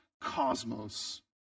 cosmos